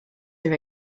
are